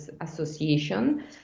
Association